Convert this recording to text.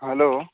hello